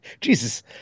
Jesus